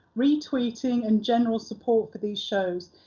re-tweeting and general support for these shows,